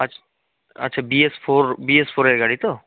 আচ্ছা আচ্ছা D S four D S ফোরের গাড়ি তো